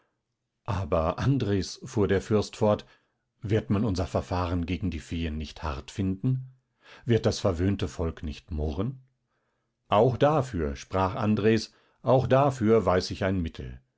aber andres fuhr der fürst fort wird man unser verfahren gegen die feen nicht hart finden wird das verwöhnte volk nicht murren auch dafür sprach andres auch dafür weiß ich ein mittel